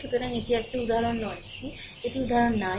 সুতরাং এটি উদাহরণ 9